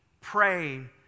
praying